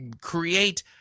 create